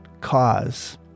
cause